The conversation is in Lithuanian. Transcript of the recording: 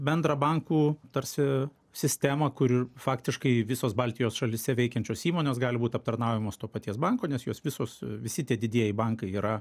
bendrą bankų tarsi sistemą kuri faktiškai visos baltijos šalyse veikiančios įmonės gali būt aptarnaujamos to paties banko nes jos visos visi tie didieji bankai yra